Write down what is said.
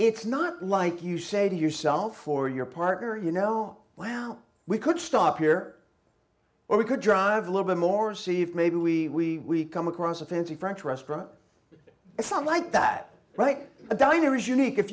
it's not like you say to yourself or your partner you know wow we could stop here or we could drive a little bit more see if maybe we come across a fancy french restaurant it's not like that right the diner is unique if